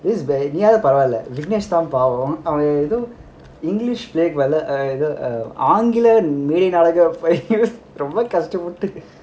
நீயாது பரவால்ல விக்னேஷ் தான் பாவம் அவன் ஏதோ இங்கிலிஷ் ல ஏதோ ஆங்கில மொழி னால ரொம்ப கஷ்டபட்டு:neeyathu paravala vignesh thaan paavam avan yetho english laey yetho aangila mozhinala romba kasta patu